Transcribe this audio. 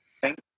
Thank